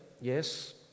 yes